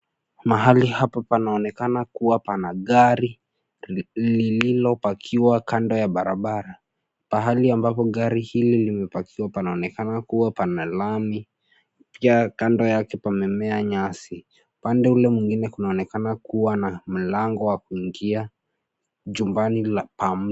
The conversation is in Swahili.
Mahali hapa panaonekana kuwa pana gari, lililopakiwa kando ya barabara, pahali ambapo gari hili limepakiwa panaonekana kuwa pana lami, pia kando yake pamemea nyasi, upande ule mwingine kunaonekana kuwa na mlango wa kuingia, jumbani pa mtu.